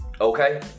Okay